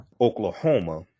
Oklahoma